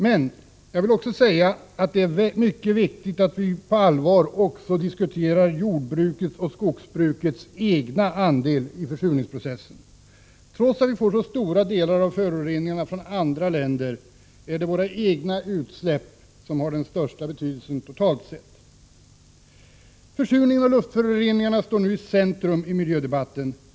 Men jag vill också framhålla att det är mycket viktigt att vi också på allvar diskuterar jordbrukets och skogsbrukets egen delaktighet i försurningsprocessen. Trots att så mycket av föroreningarna kommer från andra länder har våra egna utsläpp den största betydelsen totalt sett. Försurningen av luftföroreningarna står nu i centrum i miljödebatten.